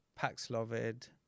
Paxlovid